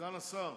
סגן השר,